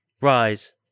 Rise